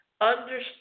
understand